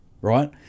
right